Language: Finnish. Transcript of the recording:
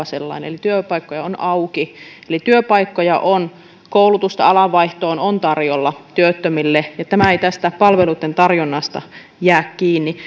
sellainen eli työpaikkoja on auki työpaikkoja on koulutusta alan vaihtoon on tarjolla työttömille ja tämä ei palveluitten tarjonnasta jää kiinni